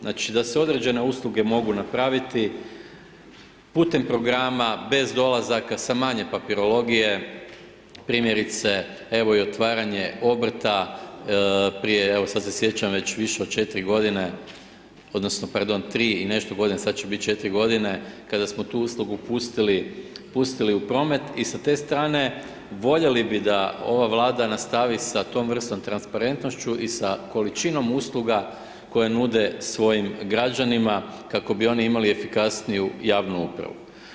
Znači da se određene usluge mogu napraviti putem programa bez dolazaka sa manje papirologije, primjerice evo i otvaranje obrta, prije evo sad se sjećam već više 4 godine odnosno pardon 3 i nešto godine, sad će biti 4 godine, kada smo tu uslugu pustili, pustili u promet i sa te strane voljeli bi da ova Vlada nastavi sa tom vrstom transparentnošću i sa količinom usluga koje nude svojim građanima kako bi oni imali efikasniju javnu upravu.